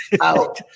out